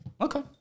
Okay